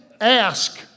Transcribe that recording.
ask